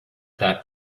that